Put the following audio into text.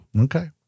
Okay